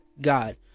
God